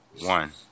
One